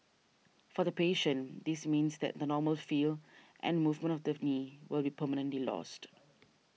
for the patient this means that the normal feel and movement of the knee will be permanently lost